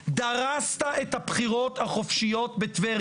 דרסת את הבחירות החופשיות בטבריה.